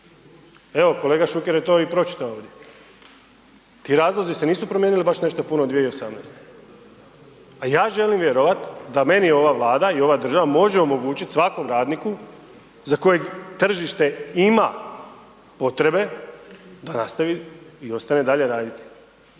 Evo kolega Šuker je to i pročitao ovdje. Ti razlozi se nisu promijenili baš nešto puno 2018. A ja želim vjerovati da meni ova Vlada i ova država može omogućiti, svakom radniku, za kojeg tržište ima potrebe da nastavi i ostane dalje raditi.